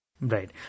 Right